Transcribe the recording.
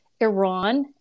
Iran